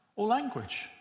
language